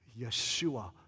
Yeshua